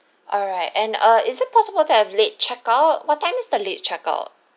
alright and uh is it possible to have late check-out what time is the late check-out